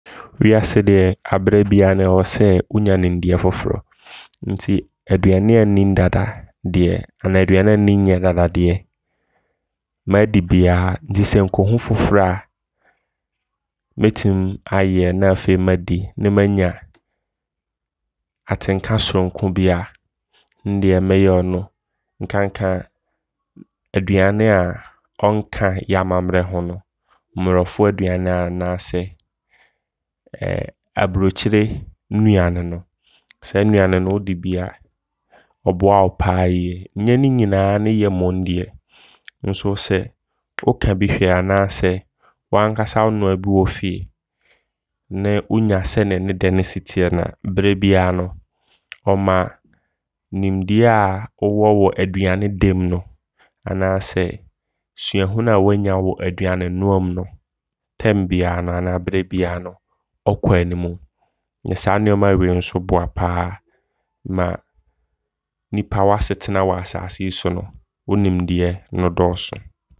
Wiase deɛ aberɛ biaa no ɛwɔ sɛ wonya nimdeɛ foforɔ. Nti aduane a nnim dada deɛ anaa aduane nnim yɛ dada deɛ maadi biaa. Nti sɛ nkɔhu foforɔ a mɛtim ayɛ na afei madi ne manya atenka sononko bia ndeɛ mɛyɛ ɔno. Nkanka aduane a ɔnka yɛamammerɛ ho. Mmorɔfo anaasɛ ɛ aburokyire nnuane no saa nnuane no wodi bia, ɔboa wo paa yie. Nyɛ ne nyinaa ne yɛ mmom deɛ nso sɛ woka bi hwɛ a anaasɛ woaankasa wonoa bi wɔ fie ne wonya sɛneɛ ne dɛ no siteɛ na berɛ biaa no ɔma nimdeɛ a wowɔ wɔ aduane dɛ mu no anaasɛ suahunu a wanya no aduane noa mu no, time biaa anaa berɛ biaa no ɔkɔ animu. Ne saa nneɛma wei nso boa paa ma nnipa wasetena asaase yi so no, wonimdeɛ no dɔɔso.